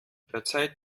verzeiht